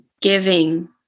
giving